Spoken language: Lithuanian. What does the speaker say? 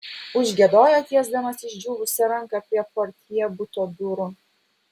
užgiedojo tiesdamas išdžiūvusią ranką prie portjė buto durų